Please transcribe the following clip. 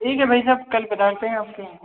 ठीक है भाईसाहब कल पधारते हैं आपके यहाँ